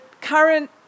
current